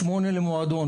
הוא בא בגיל שמונה למועדון,